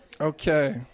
Okay